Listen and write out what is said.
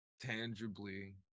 tangibly